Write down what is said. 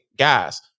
guys